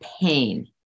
pain